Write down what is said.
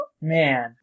Man